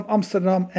Amsterdam